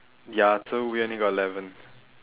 ya so we only got eleven